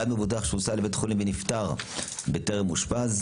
בעד מבוטח שהוסע לבית החולים ונפטר בטרם אושפז,